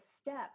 step